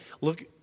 Look